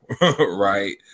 right